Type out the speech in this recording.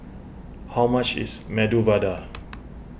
how much is Medu Vada